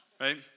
right